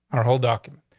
our whole document.